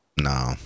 No